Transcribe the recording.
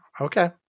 okay